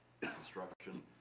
construction